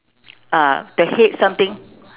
ah the head something